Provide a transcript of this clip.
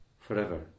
forever